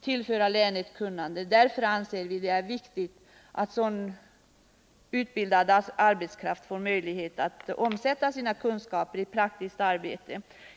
tillföra länet kunnande. Därför anser vi att det är viktigt att de som fått sin utbildning också får möjlighet att omsätta sina kunskaper i praktiskt arbete för länets utveckling.